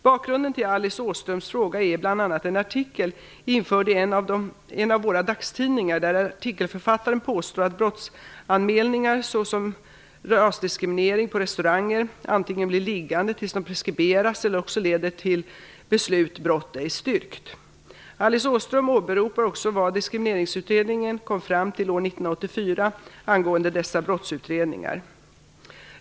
Bakgrunden till Alice Åströms fråga är bl.a. en artikel införd i en av våra dagstidningar, där artikelförfattaren påstår att brottsanmälningar såsom rasdiskriminering på restauranger antingen blir liggande tills de preskriberas eller också leder till beslutet "brott ej styrkt". Alice Åström åberopar också vad Diskrimineringsutredningen kom fram till år 1984 angående dessa brottsutredningar.